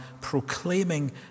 proclaiming